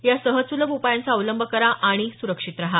या सहज सुलभ उपायांचा अवलंब करा आणि सुरक्षित रहा